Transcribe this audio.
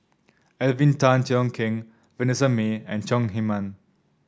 Alvin Tan Cheong Kheng Vanessa Mae and Chong Heman